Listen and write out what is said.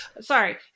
sorry